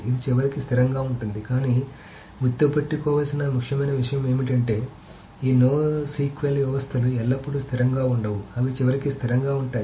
ఇది చివరికి స్థిరంగా ఉంటుంది కానీ గుర్తుంచుకోవలసిన ముఖ్యమైన విషయం ఏమిటంటే ఈ NoSQL వ్యవస్థలు ఎల్లప్పుడూ స్థిరంగా ఉండవు అవి చివరికి స్థిరంగా ఉంటాయి